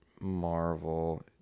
Marvel